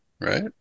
right